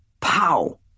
Pow